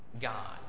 God